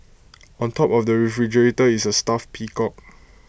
on top of the refrigerator is A stuffed peacock